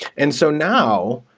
and so, now,